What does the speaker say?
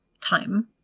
time